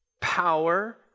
power